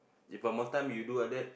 if one more time you do like that